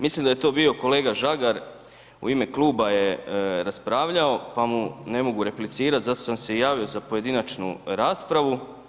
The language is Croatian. Mislim da je to bio kolega Žagar u ime kluba je raspravljao, pa mu ne mogu replicirati, zato sam se i javio za pojedinačnu raspravu.